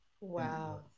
Wow